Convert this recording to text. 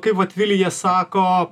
kai vat vilija sako